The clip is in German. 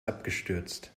abgestürzt